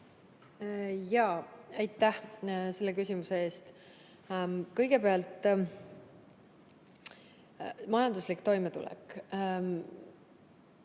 palun! Aitäh selle küsimuse eest! Kõigepealt, majanduslik toimetulek.